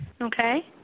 Okay